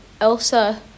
Elsa